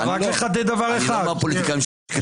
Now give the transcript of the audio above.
אני לא מהפוליטיקאים.